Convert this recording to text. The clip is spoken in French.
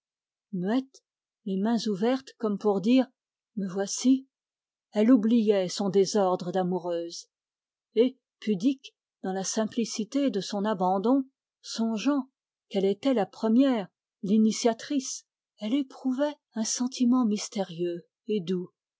les mains ouvertes comme pour dire me voici elle oubliait son désordre d'amoureuse et pudique dans la simplicité de son abandon songeant qu'elle était la première l'initiatrice elle éprouvait un sentiment mystérieux et doux